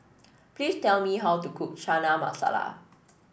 please tell me how to cook Chana Masala